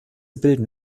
bilden